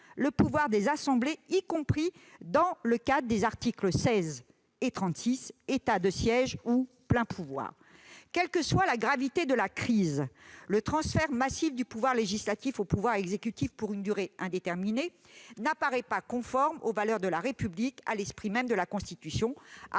le pouvoir des assemblées, y compris dans le cas des articles 16 et 36, relatifs à l'état de siège et aux pleins pouvoirs. Quelle que soit la gravité de la crise, le transfert massif du pouvoir législatif au pouvoir exécutif pour une durée indéterminée n'apparaît pas conforme aux valeurs de la République ni à l'esprit même de la Constitution.